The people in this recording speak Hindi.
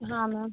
हाँ मैम